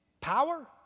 power